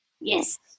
Yes